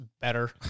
better